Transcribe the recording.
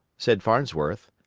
said farnsworth.